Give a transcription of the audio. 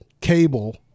cable